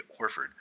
Horford